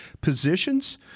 positions